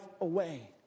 away